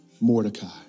Mordecai